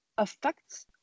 affects